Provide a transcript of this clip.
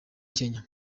kenya